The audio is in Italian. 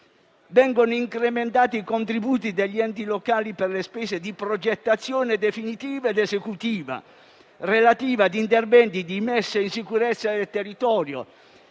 Vengono incrementati i contributi degli enti locali per le spese di progettazione definitiva ed esecutiva relativa a interventi di messa in sicurezza del territorio.